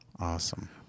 Awesome